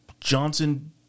Johnson